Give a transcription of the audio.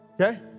Okay